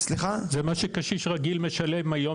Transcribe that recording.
מה שקשיש רגיל משלם היום,